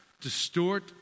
distort